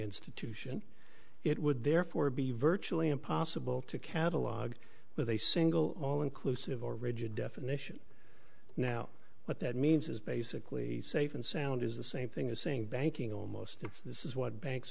institution it would therefore be virtually impossible to catalogue with a single all inclusive or rigid definition now what that means is basically safe and sound is the same thing as saying banking almost since this is what bank